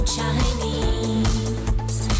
Chinese